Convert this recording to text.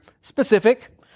specific